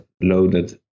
loaded